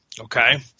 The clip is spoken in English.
okay